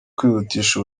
kwihutisha